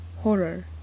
horror